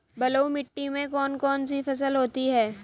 बलुई मिट्टी में कौन कौन सी फसल होती हैं?